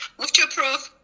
move to approve.